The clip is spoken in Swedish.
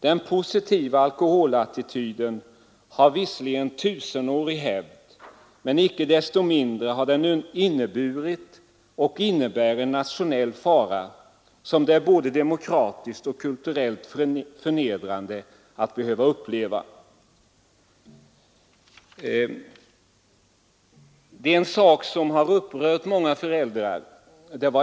Den positiva alkoholattityden har visserligen tusenårig hävd, men icke desto mindre har den inneburit och innebär en nationell fara som det är både demokratiskt och kulturellt förnedrande att behöva uppleva.